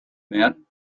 men